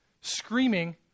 screaming